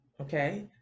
Okay